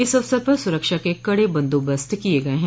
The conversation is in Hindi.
इस अवसर पर सुरक्षा के कड़े बंदोबस्त किये गये हैं